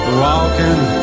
walking